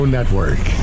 Network